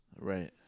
right